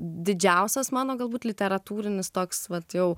didžiausias mano galbūt literatūrinis toks vat jau